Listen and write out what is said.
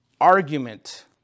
argument